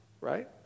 right